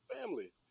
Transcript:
family